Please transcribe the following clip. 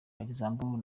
luxembourg